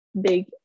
big